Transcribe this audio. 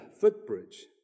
footbridge